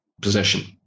possession